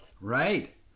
Right